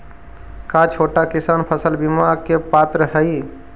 का छोटा किसान फसल बीमा के पात्र हई?